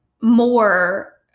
more